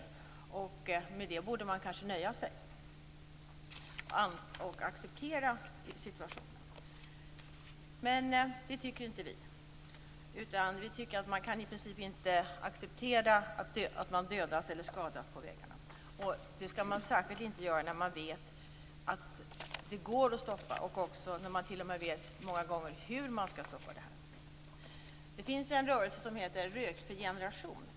Med det borde man kanske nöja sig och acceptera situationen. Men det tycker inte vi. Vi tycker att man i princip inte kan acceptera att människor dödas eller skadas på vägarna. Det skall man särskilt inte göra när man vet att det går att stoppa och när man t.o.m. många gånger vet hur man skall stoppa det. Det finns en rörelse som heter En Rökfri Generation.